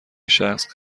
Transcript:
شخص